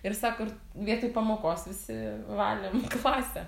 ir sako ir vietoj pamokos visi valėm klasę